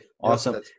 Awesome